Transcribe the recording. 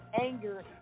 anger